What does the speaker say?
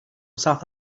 south